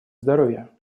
здоровья